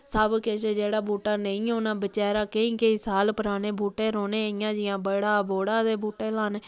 सब किश जेह्ड़ा बूह्टा नेईं होना बचैरा केईं केईं साल पराने बूह्टे रौह्ने इ'यां जि'यां बड़ा बोह्ड़ा दे बूह्टे लाने